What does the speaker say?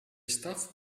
staff